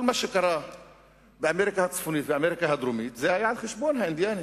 כל מה שקרה באמריקה הצפונית ובאמריקה הדרומית היה על חשבון האינדיאנים.